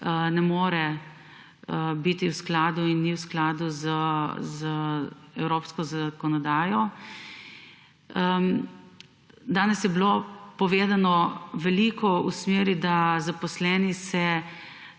ne more biti v skladu in ni v skladu z evropsko zakonodajo. Danes je bilo povedano veliko v smeri, da se zaposleni ne